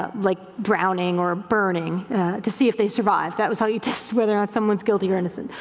ah like drowning or burning to see if they survive. that was how you test whether or not someone's guilty or innocent.